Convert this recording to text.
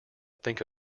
think